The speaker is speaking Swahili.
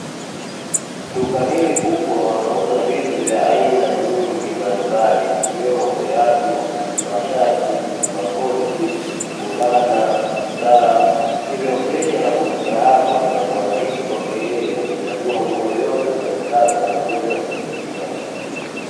Duka hili kubwa wanauza vitu vya aina nyingi mbalimbali, ikiwemo viatu, mashati, makoti, fulana, saa. Hivyo mteja anavyofika hapa inakuwa rahisi kwake yeye kuchagua nguo yoyote anayoitaka na kuweza kulipia.